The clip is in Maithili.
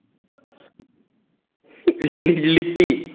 लिट्टी